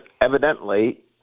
evidently